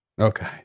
Okay